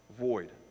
Void